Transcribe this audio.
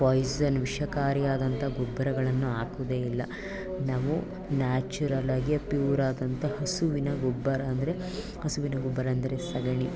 Poisson ವಿಷಕಾರಿಯಾದಂಥ ಗೊಬ್ಬರಗಳನ್ನು ಹಾಕೋದೆ ಇಲ್ಲ ನಾವು ನ್ಯಾಚುರಲ್ಲಾಗಿಯೇ ಪ್ಯೂರಾದಂಥ ಹಸುವಿನ ಗೊಬ್ಬರ ಅಂದರೆ ಹಸುವಿನ ಗೊಬ್ಬರ ಅಂದರೆ ಸಗಣಿ